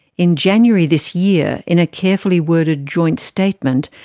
in january this year, in a carefully worded joint statement,